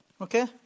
Okay